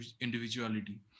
individuality